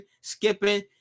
skipping